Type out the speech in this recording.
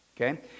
okay